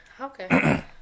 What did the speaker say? Okay